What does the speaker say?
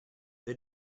they